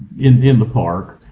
in in the park